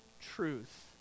truth